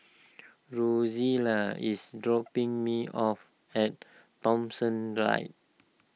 Rozella is dropping me off at Thomson